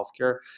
healthcare